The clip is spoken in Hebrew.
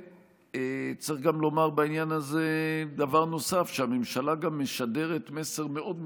צריך לומר בעניין זה גם דבר נוסף: שהממשלה משדרת מסר מאוד מסוכן,